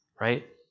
Right